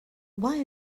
why